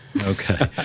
Okay